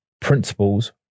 principles